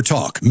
Talk